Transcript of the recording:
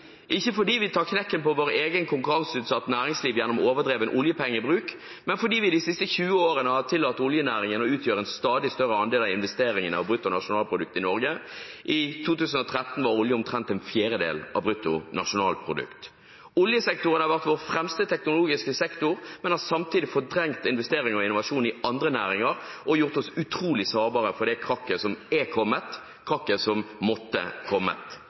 ikke fordi vi tar knekken på vårt eget konkurranseutsatte næringsliv gjennom overdreven oljepengebruk, men fordi vi de siste 20 årene har tillatt oljenæringen å utgjøre en stadig større andel av investeringene av bruttonasjonalproduktet i Norge. I 2013 var olje omtrent en fjerdedel av brutto nasjonalprodukt. Oljesektoren har vært vår fremste teknologiske sektor, men har samtidig fortrengt investeringer og innovasjon i andre næringer og gjort oss utrolig sårbare for det krakket som er kommet – krakket som måtte